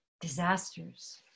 disasters